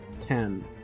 Ten